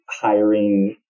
hiring